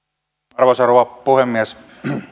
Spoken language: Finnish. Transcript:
arvoisa rouva puhemies